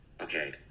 okay